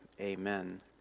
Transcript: amen